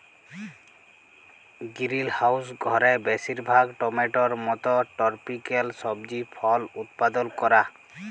greenhouse ঘরে বেশিরভাগ টমেটোর মত টরপিক্যাল সবজি ফল উৎপাদল ক্যরা